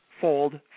fold